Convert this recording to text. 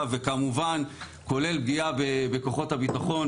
וכמובן כולל פגיעה בכוחות הביטחון,